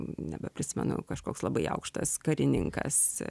nebeprisimenu kažkoks labai aukštas karininkas